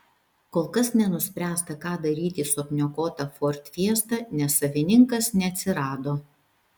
kol kas nenuspręsta ką daryti su apniokota ford fiesta nes savininkas neatsirado